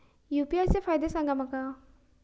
UPI चे फायदे सांगा माका?